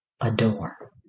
Adore